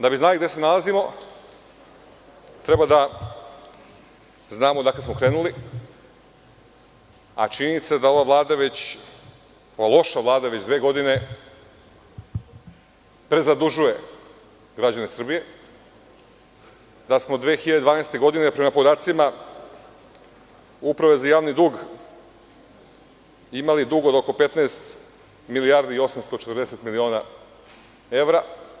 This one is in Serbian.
Da bi znali gde se nalazimo, treba da znamo odakle smo krenuli, a činjenica je da ova loša Vlada već dve godine prezadužuje građane Srbije, da smo 2012. godine, prema podacima Uprave za javni dug, imali dug od oko 15 milijardi i 840 miliona evra.